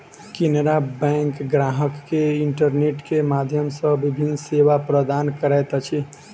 Canara bank ग्राहक के internet के माध्यम सॅ विभिन्न सेवा प्रदान करैत अछि